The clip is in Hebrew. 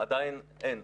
עדיין אין.